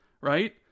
Right